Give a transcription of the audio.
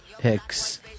Hicks